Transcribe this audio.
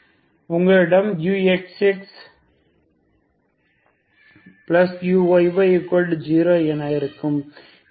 ஆகவே உங்களிடம் uxxuyy0 என இருக்கும்